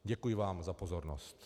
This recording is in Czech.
Děkuji vám za pozornost.